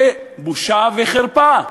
בושה וחרפה,